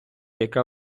яка